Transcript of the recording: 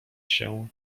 się